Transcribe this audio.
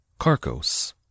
Carcos